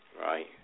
Right